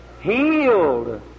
Healed